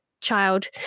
child